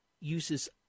uses